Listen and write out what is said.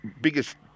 biggest